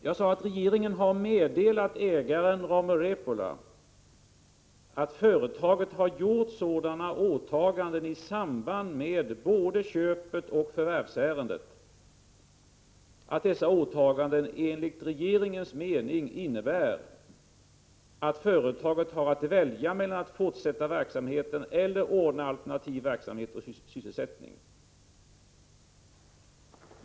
Jag sade att regeringen har meddelat ägaren Rauma Repola att företaget har gjort sådana åtaganden i samband med både köpet och förvärvsärendet att dessa åtaganden enligt regeringens mening innebär att företaget har att välja mellan att fortsätta verksamheten eller ordna alternativ verksamhet och sysselsättning.